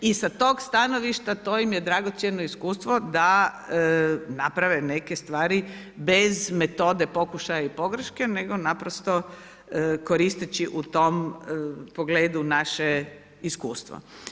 I sa tog stanovišta to im je dragocjeno iskustvo da naprave neke stvari bez metode pokušaja i pogreške nego naprosto koristeći u tom pogledu naše iskustvo.